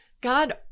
God